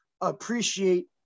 appreciate